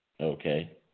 Okay